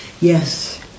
Yes